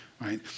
right